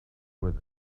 with